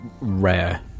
rare